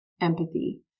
empathy